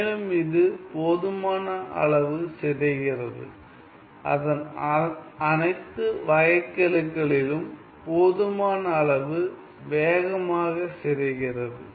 மேலும் இது போதுமான அளவு சிதைகிறது அதன் அனைத்துவகைக்கெழுக்களிலும் போதுமான அளவு வேகமாக சிதைகிறது